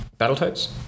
battletoads